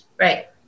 Right